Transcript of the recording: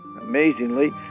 Amazingly